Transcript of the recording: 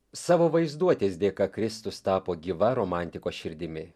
savo vaizduotės dėka kristus tapo gyva romantikos širdimi